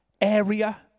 area